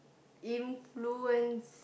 influence